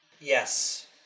Yes